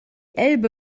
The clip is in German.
elbe